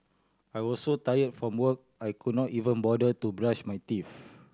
I was so tired from work I could not even bother to brush my teeth